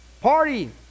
Party